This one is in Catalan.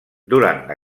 durant